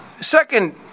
Second